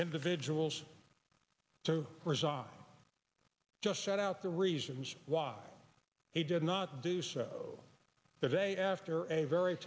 individuals to resign i just shut out the reasons why he did not do so the day after a very